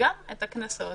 גם את הקנסות.